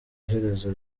iherezo